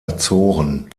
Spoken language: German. azoren